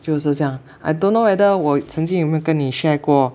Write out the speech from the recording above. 就是这样 I don't know whether 我曾经有没有跟你 share 过